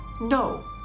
No